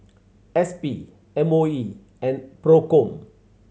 S P M O E and Procom